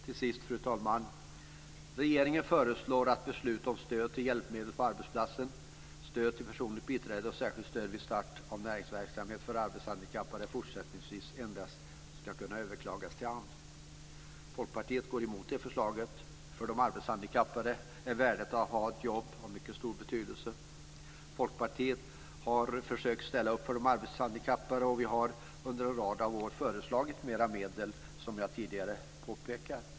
Till sist, fru talman, föreslår regeringen att beslut om stöd till hjälpmedel på arbetsplatsen, stöd till personligt biträde och särskilt stöd vid start av näringsverksamhet för arbetshandikappade fortsättningsvis endast ska kunna överklagas till AMS. Folkpartiet går emot det förslaget. För de arbetshandikappade är värdet av att ha ett jobb mycket stort. Folkpartiet har försökt att ställa upp för de arbetshandikappade, och vi har under en rad av år föreslagit mer medel, som jag tidigare påpekat.